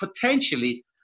potentially